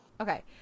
Okay